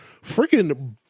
Freaking